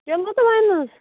kilo تہِ بَنہِ نہ حظ